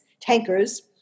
tankers